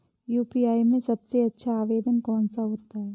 UPI में सबसे अच्छा आवेदन कौन सा होता है?